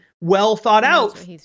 well-thought-out